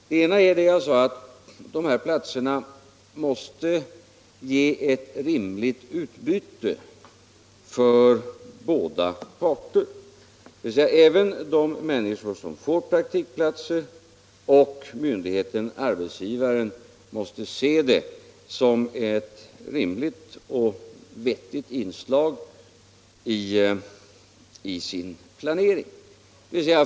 Det ena är som jag sade att dessa platser måste ge ett rimligt utbyte för båda parter, dvs. både de människor som får praktikplatser och myndigheten-arbetsgivaren måste se dem som ett rimligt och vettigt inslag i sin planering.